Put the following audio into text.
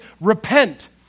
repent